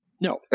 no